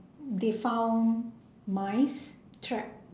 they found mice trapped